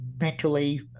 mentally